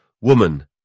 Woman